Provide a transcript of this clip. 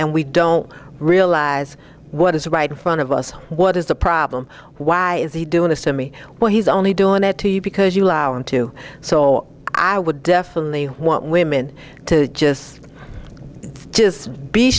and we don't realize what is right in front of us what is the problem why is he doing this to me when he's only doing it to you because you allow him to so i would definitely want women to just just be